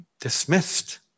dismissed